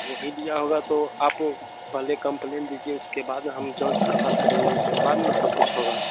वही लिया होगा तो आप पहले कंप्लेन दीजिए उसके बाद न हम जाँच पड़ताल करेंगे उसके बाद न सब कुछ होगा